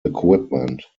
equipment